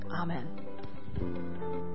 Amen